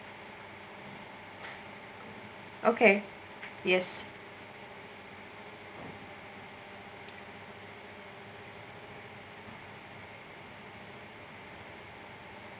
okay yes